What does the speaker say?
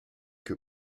que